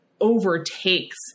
overtakes